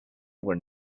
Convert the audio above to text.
were